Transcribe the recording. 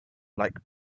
like